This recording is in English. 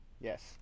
Yes